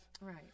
right